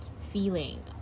feeling